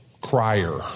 crier